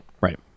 Right